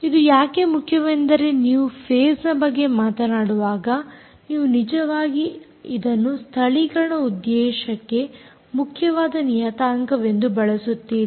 ಇದು ಯಾಕೆ ಮುಖ್ಯವೆಂದರೆ ನೀವು ಫೇಸ್ನ ಬಗ್ಗೆ ಮಾತನಾಡುವಾಗ ನೀವು ನಿಜವಾಗಿ ಇದನ್ನು ಸ್ಥಳೀಕರಣ ಉದ್ದೇಶಕ್ಕೆ ಮುಖ್ಯವಾದ ನಿಯತಾಂಕವೆಂದು ಬಳಸುತ್ತೀರಿ